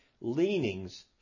leanings